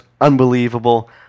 unbelievable